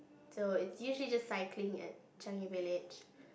so it's usually just cycling at Changi-Village